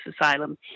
asylum